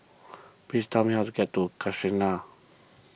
please tell me how to get to Casuarina